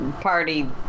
party